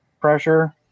pressure